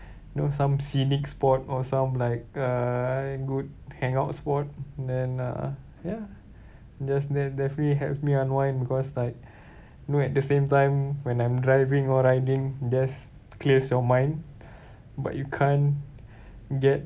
you know some scenic spot or some like uh good hangout spot then uh ya just def~ definitely helps me unwind because like you know at the same time when I'm driving or riding just clears your mind but you can't get